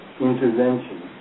intervention